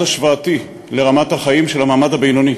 השוואתי לרמת החיים של המעמד הבינוני,